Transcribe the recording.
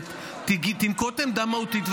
אולי לא רצית לנקוט עמדה?